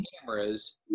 cameras